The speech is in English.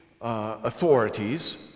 authorities